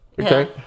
Okay